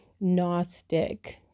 Gnostic